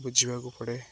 ବୁଝିବାକୁ ପଡ଼େ